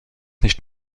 nicht